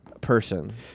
person